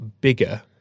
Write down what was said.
bigger